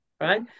right